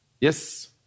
Yes